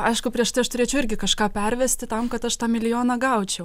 aišku prieš tai aš turėčiau irgi kažką pervesti tam kad aš tą milijoną gaučiau